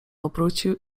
obrócił